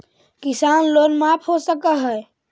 किसान लोन माफ हो सक है?